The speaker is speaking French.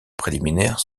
préliminaire